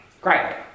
Great